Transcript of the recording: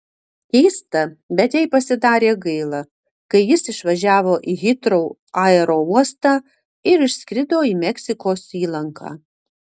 keista bet jai pasidarė gaila kai jis išvažiavo į hitrou aerouostą ir išskrido į meksikos įlanką